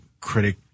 critic